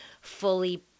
fully